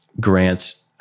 grants